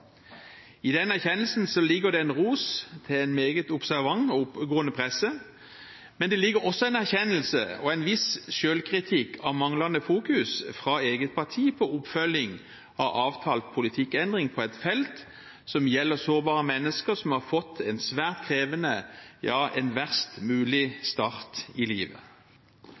I den erkjennelsen ligger det ros til en meget observant og oppegående presse, men det ligger også en erkjennelse og en viss selvkritikk av manglende fokus fra eget parti på oppfølging av avtalt politikkendring på et felt som gjelder sårbare mennesker som har fått en svært krevende, ja, en verst mulig